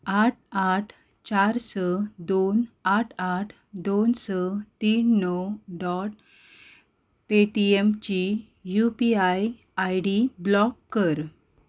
आठ आठ चार स दोन आठ आठ दोन स तीन णव डॉट पे टी एम ची U P I I D block कर